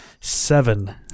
seven